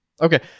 Okay